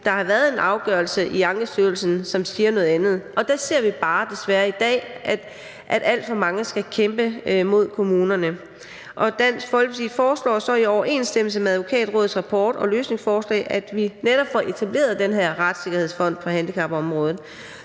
der har været en afgørelse i Ankestyrelsen, som siger noget andet. Og der ser vi bare desværre i dag, at alt for mange skal kæmpe mod kommunerne. Dansk Folkeparti foreslår så i overensstemmelse med Advokatrådets rapport og løsningsforslag, at vi netop får etableret den her retssikkerhedsfond på handicapområdet.